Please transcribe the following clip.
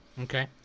Okay